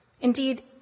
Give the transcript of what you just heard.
Indeed